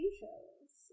shows